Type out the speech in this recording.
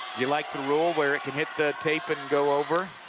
you like the rule where it can hit the tape and go over?